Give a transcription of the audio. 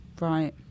Right